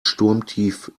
sturmtief